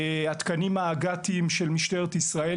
התקנים של משטרת ישראל,